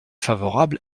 favorable